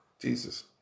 Jesus